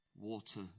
Water